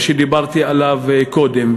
שדיברתי עליו קודם,